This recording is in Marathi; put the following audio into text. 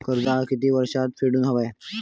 कर्ज ह्या किती वर्षात फेडून हव्या?